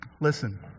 Listen